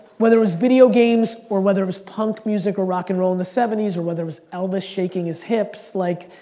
whether it was video games or whether it was punk music or rock and roll in the seventy s or whether it was elvis shaking his hips. like,